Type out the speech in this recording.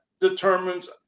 determines